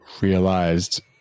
realized